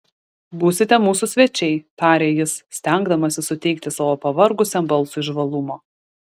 būsite mūsų svečiai tarė jis stengdamasis suteikti savo pavargusiam balsui žvalumo